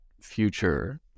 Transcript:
future